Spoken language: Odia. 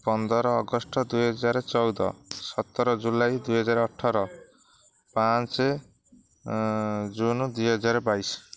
ପନ୍ଦର ଅଗଷ୍ଟ ଦୁଇହଜାରଚଉଦ ସତର ଜୁଲାଇ ଦୁଇହଜାରଅଠର ପାଞ୍ଚ ଜୁନ ଦୁଇହଜାରବାଇଶି